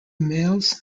males